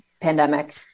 pandemic